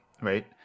right